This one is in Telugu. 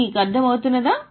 మీకు అర్థమవుతుందా